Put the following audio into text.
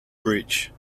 bridge